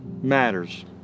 matters